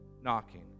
knocking